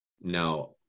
Now